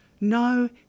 No